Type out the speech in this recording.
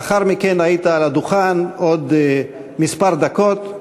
ולאחר מכן היית על הדוכן עוד כמה דקות.